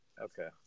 Okay